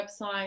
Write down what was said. website